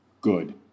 good